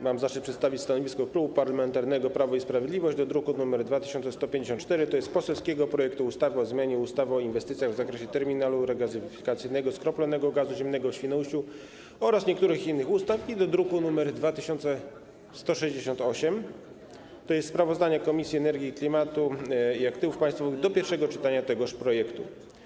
Mam zaszczyt przedstawić stanowisko Klubu Parlamentarnego Prawo i Sprawiedliwość w sprawie druku nr 2154, tj. poselskiego projektu ustawy o zmianie ustawy o inwestycjach w zakresie terminalu regazyfikacyjnego skroplonego gazu ziemnego w Świnoujściu oraz niektórych innych ustaw, i w sprawie druku nr 2168, a w zasadzie sprawozdania Komisji Energii, Klimatu i Aktywów Państwowych dotyczącego pierwszego czytania tegoż projektu.